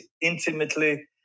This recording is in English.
intimately